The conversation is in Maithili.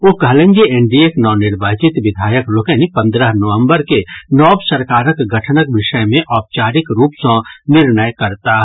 ओ कहलनि जे एनडीएक नवनिर्वाचित विधायक लोकनि पन्द्रह नवंबर के नव सरकारक गठनक विषय मे औपचारिक रूप सॅ निर्णय करताह